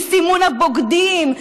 מסימון הבוגדים,